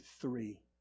three